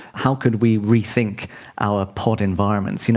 how could we rethink our pod environments? you know